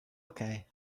okay